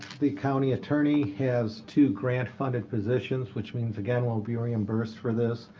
the county attorney has two grant funded positions, which means, again, we'll be reimbursed for this,